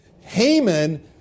Haman